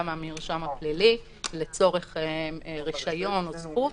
מהמרשם הפלילי לצורך רישיון או זכות,